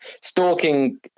Stalking